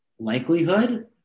likelihood